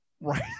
right